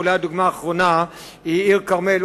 הדוגמה האחרונה היא עיר הכרמל,